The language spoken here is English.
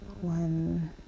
one